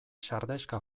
sardexka